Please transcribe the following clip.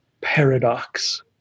paradox